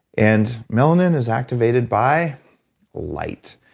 and melanin is activated by light,